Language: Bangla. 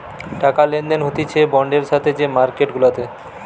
টাকা লেনদেন হতিছে বন্ডের সাথে যে মার্কেট গুলাতে